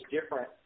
different